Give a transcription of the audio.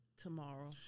Tomorrow